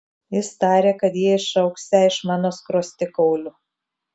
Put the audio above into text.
jis tarė kad jie išaugsią iš mano skruostikaulių